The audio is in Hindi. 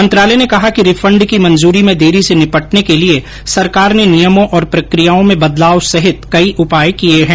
मंत्रालय ने कहा कि रिफंड की मंजूरी में देरी से निपटने के लिए सरकार ने नियमों और प्रक्रियाओं में बदलाव सहित कई उपाय किए हैं